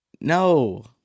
No